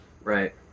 right